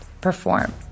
perform